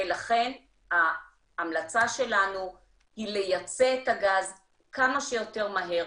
לכן ההמלצה שלנו היא לייצא את הגז כמה שיותר מהר,